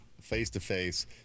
face-to-face